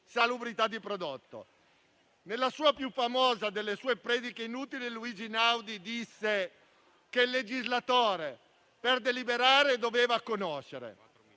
salubrità del prodotto. Nella più famosa delle sue «Prediche inutili» Luigi Einaudi disse che il legislatore per deliberare doveva conoscere.